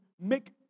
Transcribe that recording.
make